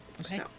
okay